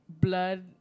blood